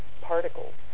particles